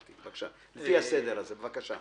לפי הסדר הזה, בבקשה.